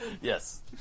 Yes